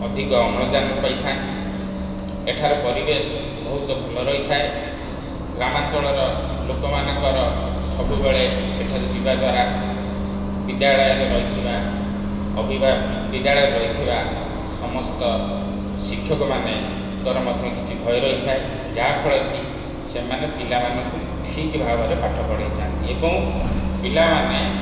ଅଧିକ ଅମ୍ଳଜାନ ପାଇଥାନ୍ତି ଏଠାରେ ପରିବେଶ ବହୁତ ଭଲ ରହିଥାଏ ଗ୍ରାମାଞ୍ଚଳର ଲୋକମାନଙ୍କର ସବୁବେଳେ ସେଠାକୁ ଯିବା ଦ୍ଵାରା ବିଦ୍ୟାଳୟରେ ରହିଥିବା ବିଦ୍ୟାଳୟରେ ରହିଥିବା ସମସ୍ତ ଶିକ୍ଷକମାନଙ୍କର ମଧ୍ୟ କିଛି ଭୟ ରହିଥାଏ ଯାହା ଫଳରେକି ସେମାନେ ପିଲାମାନଙ୍କୁ ଠିକ୍ ଭାବରେ ପାଠ ପଢ଼ାଇଥାନ୍ତି ଏବଂ ପିଲାମାନେ